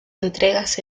entregas